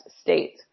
state